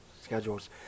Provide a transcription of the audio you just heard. schedules